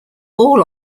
all